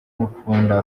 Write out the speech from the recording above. ngukunda